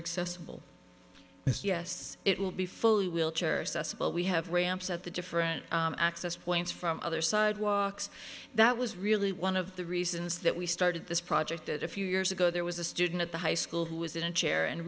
accessible it's yes it will be fully wheelchair assessable we have ramps at the different access points from other sidewalks that was really one of the reasons that we started this project that a few years ago there was a student at the high school who was in a chair and